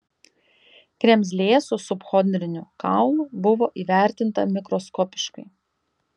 kremzlė su subchondriniu kaulu buvo įvertinta mikroskopiškai